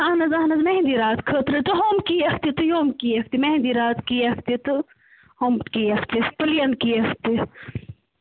اَہَن حظ اَہَن حظ مہندی رات خٲطرٕ تہٕ ہُم کیک تہِ تہٕ یِم کیک تہِ مہندی رات کیک تہِ تہٕ ہُم کیک تہِ پٕلین کیک تہِ